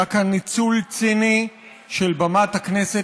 היה כאן ניצול ציני של במת הכנסת